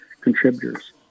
contributors